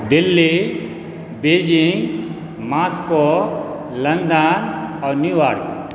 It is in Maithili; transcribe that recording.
दिल्ली बीजिंग मास्को लन्दन आओर न्यूयोर्क